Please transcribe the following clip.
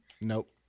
Nope